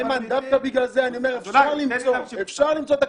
דווקא בגלל זה אני אומר שאפשר למצוא תקציבים.